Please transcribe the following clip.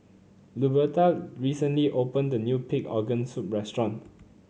Luberta recently opened a new Pig Organ Soup restaurant